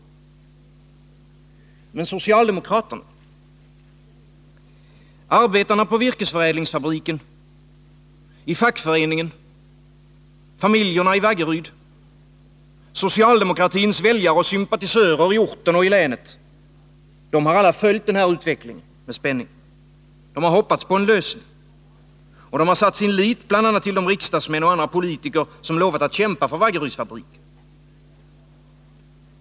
Men var står socialdemokraterna? Arbetarna på virkesförädlingsfabriken, i fackföreningen, familjerna i Vaggeryd, socialdemokratins väljare och sympatisörer i orten och länet — de har alla följt utvecklingen med spänning. De har hoppats på en lösning. De har satt sin lit bl.a. till de riksdagsmän och andra politiker som lovat att kämpa för Vaggerydsfabriken.